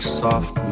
soft